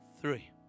three